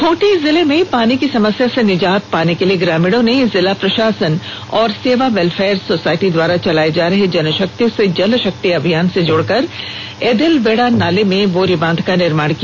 खूंटी जिले में पानी की समस्या से निजात पाने के लिए ग्रामीणों ने जिला प्रशासन और सेवा वेलफेयर सोंसाईटी द्वारा चलाये जा रहे जनशक्ति से जलशक्ति अभियान से जुड़कर एदेलबेड़ा नाला में बोरीबांध का निर्माण किया